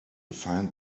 find